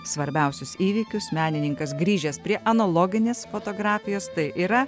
svarbiausius įvykius menininkas grįžęs prie analoginės fotografijos tai yra